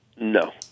No